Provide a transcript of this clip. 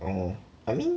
oh I mean